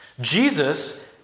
Jesus